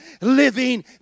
living